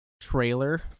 trailer